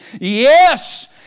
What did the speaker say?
yes